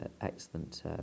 excellent